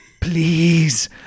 Please